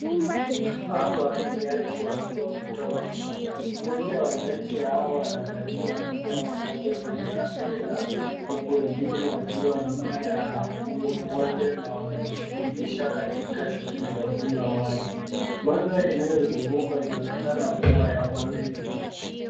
Hawa ni nyati wakiwa mtoni. Mmoja wa nyati ya hawa anaangalia moja kwa moja kwenye kamera huku wengine wakiwa nyuma ya huyo moja na wanajishughulisha katika shughuli za kunywa maji. Mandhari inayozunguka inaonekana kuwa ya porini.